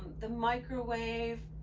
the microwave,